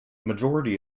majority